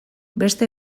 beste